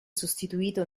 sostituito